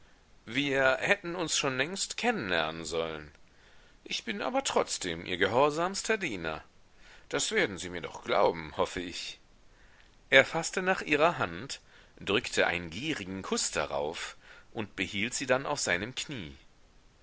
wir hätten uns schon längst kennen lernen sollen ich bin aber trotzdem ihr gehorsamster diener das werden sie mir doch glauben hoffe ich er faßte nach ihrer hand drückte einen gierigen kuß darauf und behielt sie dann auf seinem knie